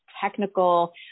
technical